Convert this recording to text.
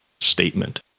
statement